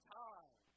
time